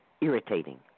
irritating